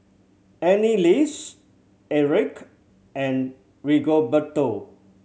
Anneliese Aric and Rigoberto